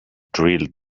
drilled